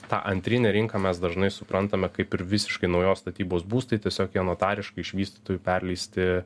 tą antrinę rinką mes dažnai suprantame kaip ir visiškai naujos statybos būstai tiesiog jie notariškai iš vystytojų perleisti